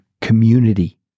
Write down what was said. community